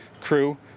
crew